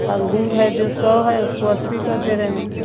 अंगूर है जो सौ है उसको अस्सी कर दे रहे हैं